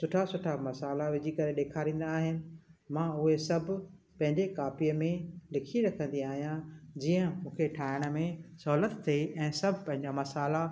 सुठा सुठा मसाला विझी करे ॾेखारींदा आहिनि मां उहे सभु पंहिंजे कमु कॉपीअ में लिखी रखंदी आहियां जीअं मूंखे ठाहिण में सहुलियत थिए ऐं सभु पंहिंजा मसाला